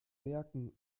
merken